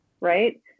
right